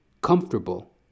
comfortable